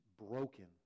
broken